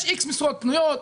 יש איקס משרות פנויות,